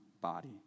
body